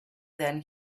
than